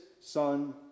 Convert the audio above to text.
son